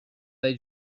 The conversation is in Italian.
dai